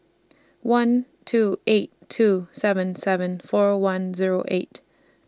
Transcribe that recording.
one two eight two seven seven four one Zero eight